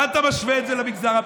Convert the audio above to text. מה אתה משווה את זה למגזר הפרטי?